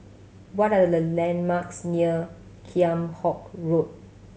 what are the landmarks near Kheam Hock Road